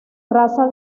raza